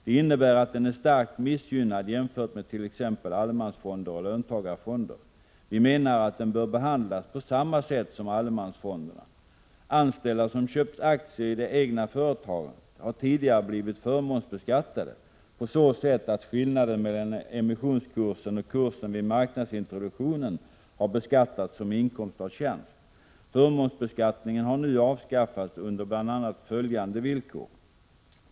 Det innebär att den är starkt missgynnad jämfört med t.ex. allemansfonder och löntagarfonder. Vi menar att den bör behandlas på samma sätt som allemansfonderna. Anställda som köpt aktier i det egna företaget har tidigare blivit ”förmånsbeskattade” på så sätt att skillnaden mellan emissionskursen och kursen vid marknadsintroduktionen beskattats som inkomst av tjänst. Förmånsbeskattningen har nu avskaffats under bl.a. följande villkor.